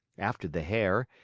after the hare,